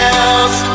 else